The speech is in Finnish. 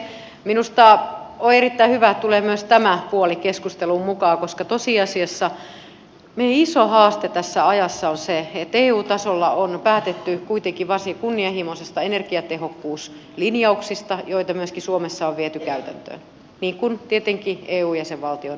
minusta on erittäin hyvä että tulee myös tämä puoli keskusteluun mukaan koska tosiasiassa meidän iso haasteemme tässä ajassa on se että eu tasolla on päätetty kuitenkin varsin kunnianhimoisista energiatehokkuuslinjauksista joita myöskin suomessa on viety käytäntöön niin kuin tietenkin eu jäsenvaltiona me viemme